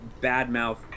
badmouth